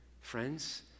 Friends